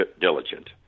diligent